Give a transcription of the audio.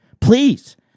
Please